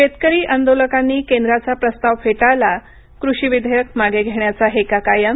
शेतकरी आंदोलकांनी केंद्राचा प्रस्ताव फेटाळला कृषी विधेयक मागे घेण्याचा हेका कायम